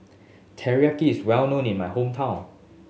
Takoyaki is well known in my hometown